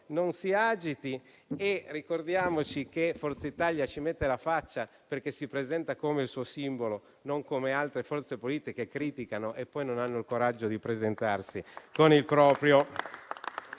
non si agiti. Ricordiamoci che Forza Italia ci mette la faccia, perché si presenta con il proprio simbolo, non come altre forze politiche, che criticano e poi non hanno il coraggio di presentarsi con il proprio.